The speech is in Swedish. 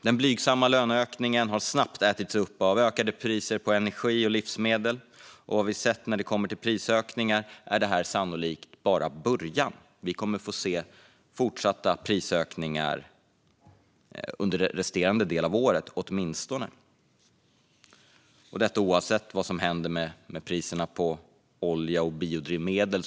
Den blygsamma löneökningen har snabbt ätits upp av ökade priser på energi och livsmedel, och de prisökningar vi sett är sannolikt bara början. Vi kommer att få se fortsatta prisökningar under den resterande delen av året, åtminstone, oavsett vad som händer med priserna på olja och biodrivmedel.